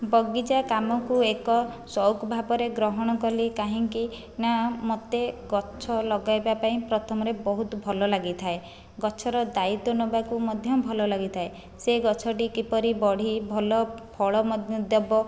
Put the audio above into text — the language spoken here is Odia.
ବଗିଚା କାମକୁ ଏକ ସଉକ୍ ଭାବରେ ଗ୍ରହଣ କଲି କାହିଁକି ନା ମତେ ଗଛ ଲଗାଇବା ପାଇଁ ପ୍ରଥମରେ ବହୁତ ଭଲ ଲାଗିଥାଏ ଗଛର ଦାୟିତ୍ବ ନେବାକୁ ମଧ୍ୟ ଭଲ ଲାଗିଥାଏ ସେ ଗଛଟି କିପରି ବଢ଼ି ଭଲ ଫଳ ମଧ୍ୟ ଦେବ